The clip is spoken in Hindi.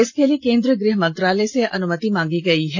इसके लिए केंद्रीय गृह मंत्रालय से अनुमति मांगी गई है